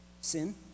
Sin